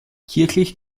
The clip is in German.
kirchlich